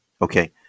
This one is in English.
Okay